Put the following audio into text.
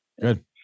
Good